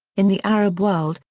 in the arab world,